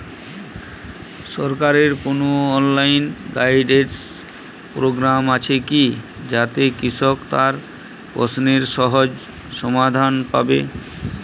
সরকারের কোনো online guidance programme আছে কি যাতে কৃষক তার প্রশ্নের সহজ সমাধান পাবে?